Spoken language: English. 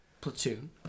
Platoon